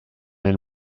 nel